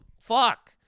Fuck